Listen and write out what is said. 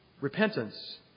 repentance